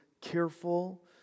careful